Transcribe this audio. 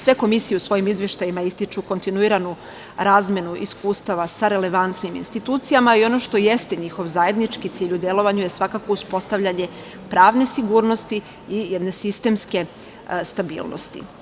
Sve komisije u svojim izveštajima ističu kontinuiranu razmenu iskustava sa relevantnim institucijama i ono što jeste njihov zajednički cilj u delovanju je svakako uspostavljanje pravne sigurnosti i jednosistemske stabilnosti.